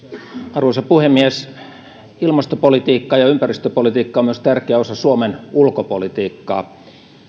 arvoisa puhemies ilmastopolitiikka ja ympäristöpolitiikka ovat myös tärkeä osa suomen ulkopolitiikkaa